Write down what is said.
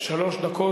שלוש דקות.